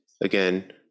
again